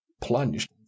plunged